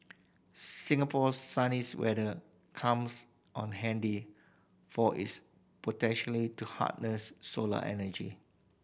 Singapore's sunny weather comes on handy for its potentially to harness solar energy